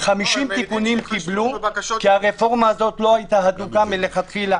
50 תיקונים קיבלו כי הרפורמה לא היתה הדוקה מלכתחילה.